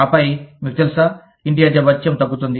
ఆపై మీకు తెలుసా ఇంటి అద్దె భత్యం తగ్గుతుంది